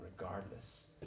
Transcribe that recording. regardless